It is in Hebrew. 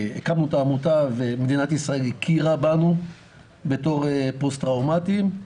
ומדינת ישראל הכירה בנו כפוסט טראומטיים.